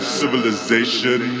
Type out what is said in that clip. civilization